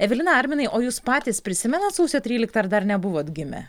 evelina arminai o jūs patys prisimenat sausio tryliktąją ar dar nebuvot gimę